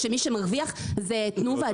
כשמי שמרוויח זה תנובה,